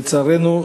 לצערנו,